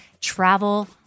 travel